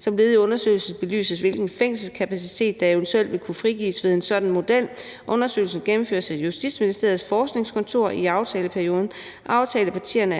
Som led i undersøgelsen belyses, hvilken fængselskapacitet der eventuelt vil kunne frigives ved en sådan model. Undersøgelsen gennemføres af Justitsministeriets Forskningskontor i aftaleperioden. Aftalepartierne